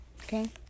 okay